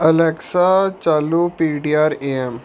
Alexa ਚਾਲੂ P D R A M